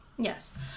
Yes